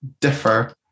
differ